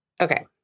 Okay